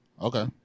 Okay